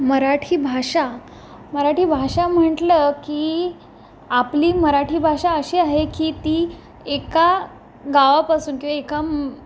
मराठी भाषा मराठी भाषा म्हटलं की आपली मराठी भाषा अशी आहे की ती एका गावापासून किंवा एका